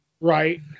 Right